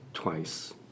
twice